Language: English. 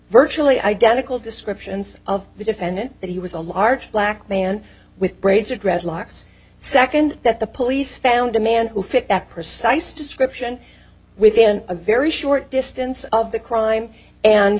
virtually identical descriptions of the defendant that he was a large black man with braids or dreadlocks second that the police found a man who fit that precise description within a very short distance of the crime and